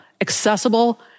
accessible